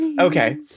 Okay